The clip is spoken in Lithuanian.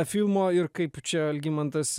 filmo ir kaip čia algimantas